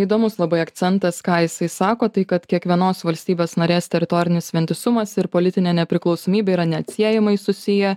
įdomus labai akcentas ką jisai sako tai kad kiekvienos valstybės narės teritorinis vientisumas ir politinė nepriklausomybė yra neatsiejamai susiję